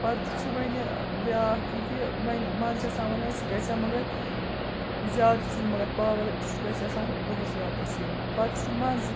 پَتہٕ چھِ وَنہِ ٲں بیٛاکھ یہِ کہِ وۄنۍ منٛزٕ چھِ آسان ونان اسہِ گَژھہِ ہا مگر ٲں زیادٕ تہِ چھُنہٕ مگر پاوَر چھُ اسہِ آسان دۄہَس راتَس پَتہٕ چھُ منٛزٕ